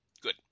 Good